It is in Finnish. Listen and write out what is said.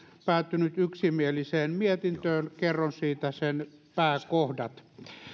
päätynyt yksimieliseen mietintöön kerron siitä sen pääkohdat